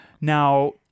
Now